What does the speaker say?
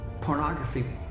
Pornography